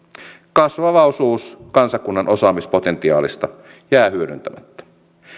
kasvava osuus kansakunnan osaamispotentiaalista jää hyödyntämättä